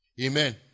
amen